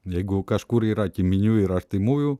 jeigu kažkur yra giminių ir artimųjų